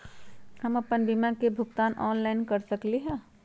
हम अपन बीमा के भुगतान ऑनलाइन कर सकली ह?